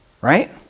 right